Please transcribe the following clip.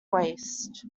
waste